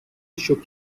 shook